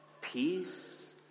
peace